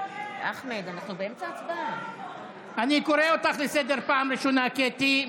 אני קורא אותך לסדר בפעם הראשונה, קטי.